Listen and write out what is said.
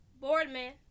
Boardman